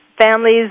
families